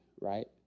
right